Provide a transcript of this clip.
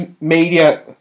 media